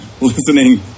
listening